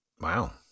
Wow